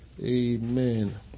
Amen